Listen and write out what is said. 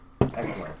Excellent